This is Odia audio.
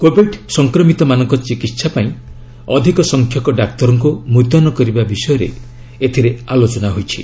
କୋବିଡ୍ ସଂକ୍ରମିତମାନଙ୍କ ଚିକିତ୍ସା ପାଇଁ ଅଧିକ ସଂଖ୍ୟକ ଡାକ୍ତରଙ୍କୁ ମୁତୟନ କରିବା ବିଷୟରେ ଏଥିରେ ଆଲୋଚନା ହୋଇଛି